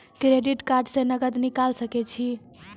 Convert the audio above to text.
Credit card से नगद निकाल सके छी?